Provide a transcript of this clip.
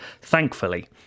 Thankfully